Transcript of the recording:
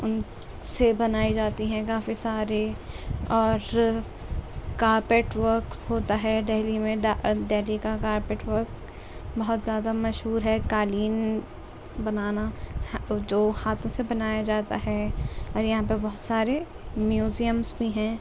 ان سے بنائی جاتی ہیں کافی سارے اور کارپیٹ ورک ہوتا ہے دہلی میں دہلی کا کارپیٹ ورک بہت زیادہ مشہور ہے قالین بنانا جو ہاتھوں سے بنایا جاتا ہے اور یہاں پر بہت سارے میوزیمس بھی ہیں